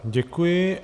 Děkuji.